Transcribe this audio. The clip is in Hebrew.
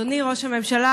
אדוני ראש הממשלה,